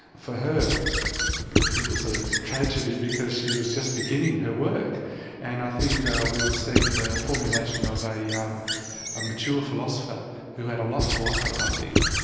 for her it was a tragedy because she was just beginning her work and i think ah we were seeing the formulation of yeah um a mature philosopher who had a lot to offer i think.